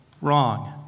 wrong